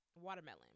watermelon